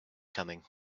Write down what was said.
coming